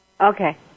Okay